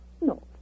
No